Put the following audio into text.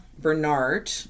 Bernard